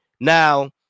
Now